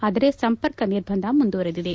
ಆದರೆ ಸಂಪರ್ಕ ನಿರ್ಬಂಧ ಮುಂದುವರೆದಿದೆ